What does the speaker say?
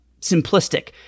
simplistic